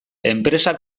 enpresa